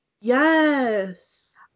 Yes